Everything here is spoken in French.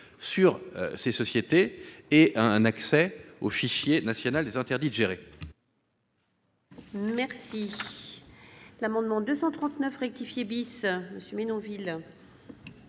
sur les sociétés et d'un accès au fichier national des interdits de gérer.